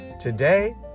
Today